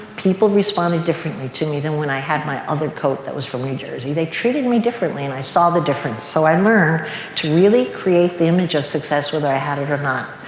people responded differently to me than when i had my other coat that was from new jersey. they treated me differently and i saw the difference so i learned to really create the image of success whether i had it or not.